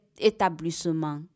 établissement